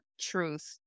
truth